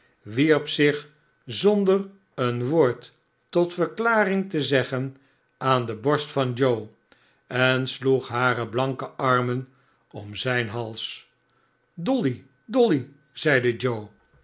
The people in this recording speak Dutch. wierp zich zonder een woord tot verklaririg te zeggen aan de borst van joe en sloeg hare blanke armen omzijn hals dolly dolly zeide joe